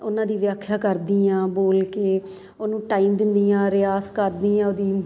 ਉਹਨਾਂ ਦੀ ਵਿਆਖਿਆ ਕਰਦੀ ਹਾਂ ਬੋਲ ਕੇ ਉਹਨੂੰ ਟਾਈਮ ਦਿੰਦੀ ਹਾਂ ਰਿਆਜ਼ ਕਰਦੀ ਹਾਂ ਉਹਦੀ